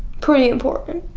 pretty important.